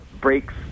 breaks